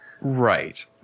Right